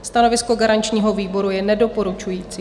Stanovisko garančního výboru je nedoporučující.